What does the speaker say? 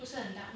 算大